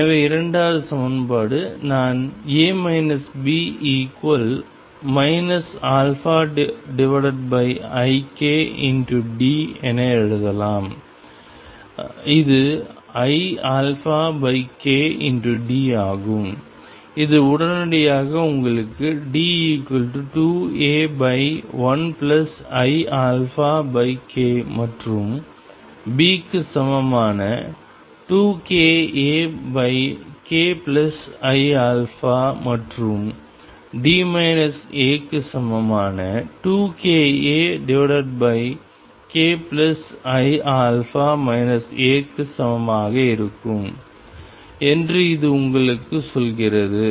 எனவே இரண்டாவது சமன்பாடு நான் A B ikD என எழுதலாம் இது iαkD ஆகும் இது உடனடியாக உங்களுக்கு D2A1iαk மற்றும் B க்கு சமமான 2kAkiα மற்றும்D A க்கு சமமான 2kAkiα A க்கு சமமாக இருக்கும் என்று இது உங்களுக்கு சொல்கிறது